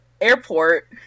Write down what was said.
airport